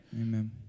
Amen